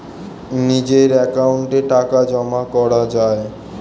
নিজের অ্যাকাউন্টে টাকা জমা করা যায়